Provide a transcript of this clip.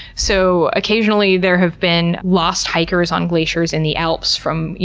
so occasionally there have been lost hikers on glaciers in the alps from, ya